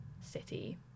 City